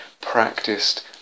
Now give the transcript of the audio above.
practiced